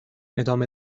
ادامه